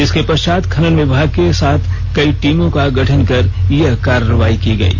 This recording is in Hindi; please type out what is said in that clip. इसके पष्चात खनन विभाग के साथ कई टीमों का गठन कर यह कार्रवाई की गयी